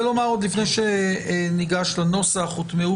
לפני שניגש לנוסח אני רוצה לומר שהוטמעו